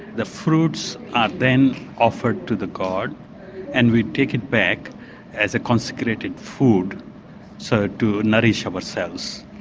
the fruits are then offered to the god and we take it back as a consecrated food so to nourish ourselves.